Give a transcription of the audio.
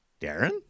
Darren